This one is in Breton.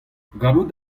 gallout